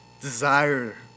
desire